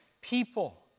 people